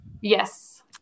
Yes